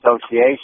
Association